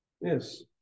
Yes